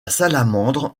salamandre